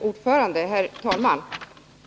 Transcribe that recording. Herr talman!